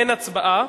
אין הצבעה.